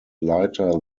lighter